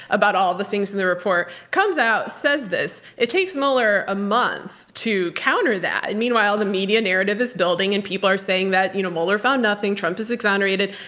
about all the things in the report. comes out says this. it takes mueller a month to counter that, and meanwhile the media narrative is building, and people are saying that you know mueller found nothing trump is exonerated.